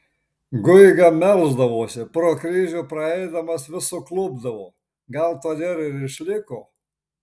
guiga melsdavosi pro kryžių praeidamas vis suklupdavo gal todėl ir išliko